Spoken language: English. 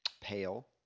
pale